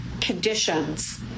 conditions